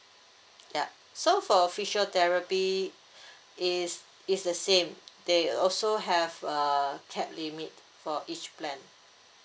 ya so for physiotherapy is is the same they also have err cap limit for each plan